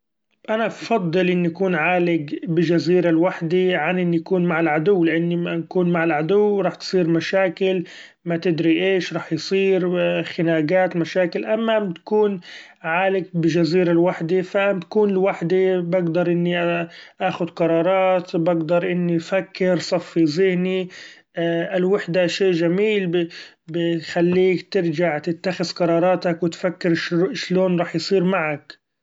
أنا بفضل إني كون عالق بجزيرة لوحدي عن إني كون مع العدو; لإني لما نكون مع العدو راح تصير مشاكل ماتدري أيش راح يصير و خناقات مشاكل ، اما بنكون عالق بچزيرة لوحدي ف بكون لوحدي بقدر إني آخد قرارات بقدر إني فكر صفي ذهني ‹ hesitate › الوحدة شي چميل بيخليك ترچع تتخذ قراراتك وتفكر اش- اشلون راح يصير معك.